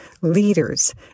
leaders